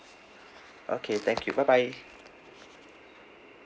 okay thank you bye bye